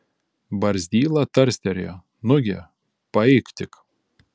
barzdyla tarstelėjo nugi paeik tik